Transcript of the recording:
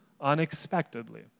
unexpectedly